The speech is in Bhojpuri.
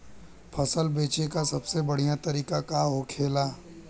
फसल बेचे का सबसे बढ़ियां तरीका का होखेला?